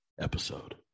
episode